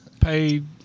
paid